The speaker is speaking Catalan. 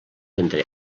entre